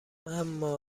اما